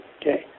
Okay